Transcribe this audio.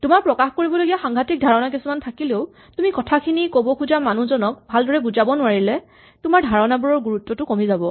তোমাৰ প্ৰকাশ কৰিবলগীয়া সাংঘাটিক ধাৰণা কিছুমান থাকিলেও তুমি কথাখিনি ক'ব খোজা মানুহজনক ভালকৈ বুজাব নোৱাৰিলে তোমাৰ ধাৰণাবোৰৰ গুৰুত্বটো কমি যাব